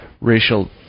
racial